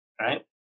right